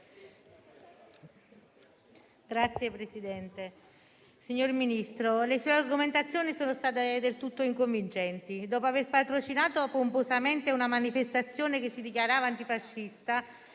Signor Ministro, le sue argomentazioni non sono state affatto convincenti. Dopo aver patrocinato pomposamente una manifestazione che si dichiarava antifascista,